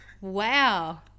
Wow